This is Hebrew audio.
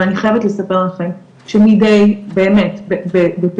אבל אני חייבת לספר לכם שבאמת בפרקי